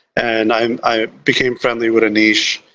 and i um i became friendly with anish.